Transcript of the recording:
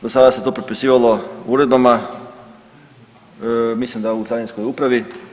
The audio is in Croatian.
Do sada se to pripisivalo uredbama, mislim da u carinskoj upravi.